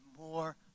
more